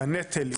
שהנטל יתחלק.